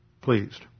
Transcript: pleased